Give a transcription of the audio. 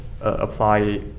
apply